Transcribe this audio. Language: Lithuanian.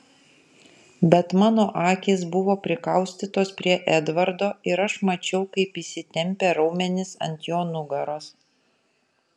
bet mano akys buvo prikaustytos prie edvardo ir aš mačiau kaip įsitempę raumenys ant jo nugaros